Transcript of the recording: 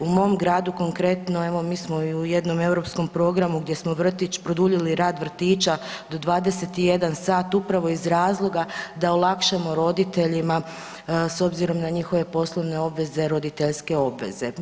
U mom gradu konkretno evo mi smo i u jednom europskom programu gdje smo vrtić, produljili rad vrtića do 21 sat upravo iz razloga da olakšamo roditeljima s obzirom na njihove poslovne obveze, roditeljske obveze.